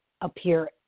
appear